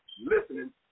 listening